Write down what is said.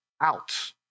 out